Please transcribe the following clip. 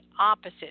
opposite